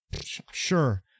sure